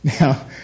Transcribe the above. Now